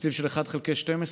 תקציב של אחד חלקי 12,